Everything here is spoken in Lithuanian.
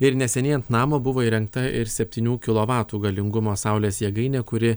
ir neseniai ant namo buvo įrengta ir septynių kilovatų galingumo saulės jėgainė kuri